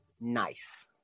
nice